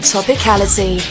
Topicality